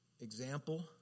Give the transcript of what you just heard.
example